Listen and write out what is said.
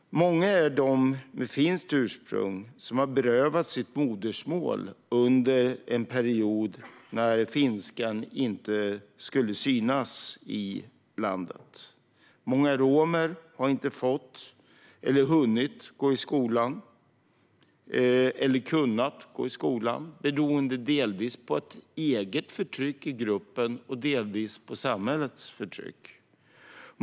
Många är de med finskt ursprung som har berövats sitt modersmål under en period när finskan inte skulle synas i landet. Många romer har inte fått, hunnit eller kunnat gå i skolan, delvis beroende på ett eget förtryck i gruppen, delvis beroende på samhällets förtryck.